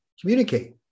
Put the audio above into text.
communicate